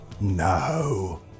No